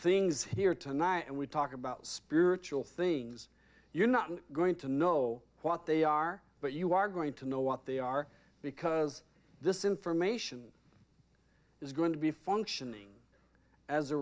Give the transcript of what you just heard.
things here tonight and we talk about spiritual things you're not going to know what they are but you are going to know what they are because this information is going to be functioning as a